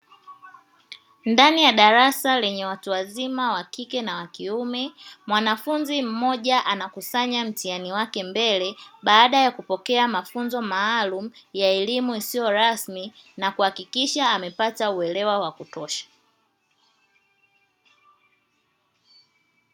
Ndani ya darasa lenye watu wazima wa kike na wa kiume, mwanafunzi mmoja anakusanya mtihani wake mbele baada ya kupokea mafunzo maalumu ya elimu isiyo rasmi na kuhakikisha amepata uelewa wa kutosha.